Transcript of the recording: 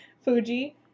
Fuji